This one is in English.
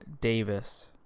davis